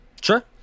Sure